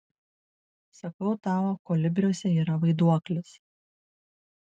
sakau tau kolibriuose yra vaiduoklis